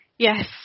Yes